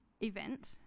event